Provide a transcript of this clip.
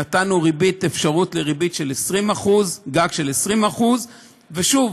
נתנו אפשרות לריבית של 20% גג 20%. ושוב,